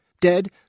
Dead